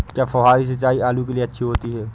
क्या फुहारी सिंचाई आलू के लिए अच्छी होती है?